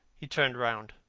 he turned round.